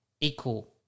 equal